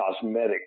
cosmetic